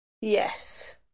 Yes